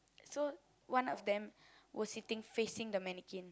so one of them was sitting facing the mannequin